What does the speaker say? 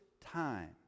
time